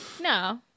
no